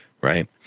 right